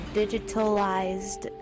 digitalized